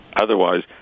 otherwise